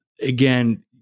again